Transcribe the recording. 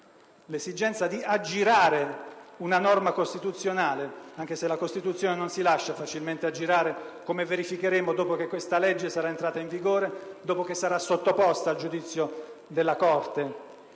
l'esigenza di aggirare una norma costituzionale, anche se la Costituzione non si lascia facilmente aggirare? Questo lo verificheremo, infatti, dopo che questa legge sarà entrata in vigore e dopo che sarà sottoposta a giudizio della Corte,